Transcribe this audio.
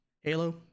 Halo